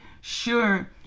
sure